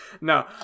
No